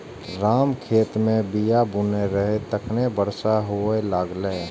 राम खेत मे बीया बुनै रहै, तखने बरसा हुअय लागलै